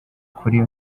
kuri